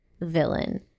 villain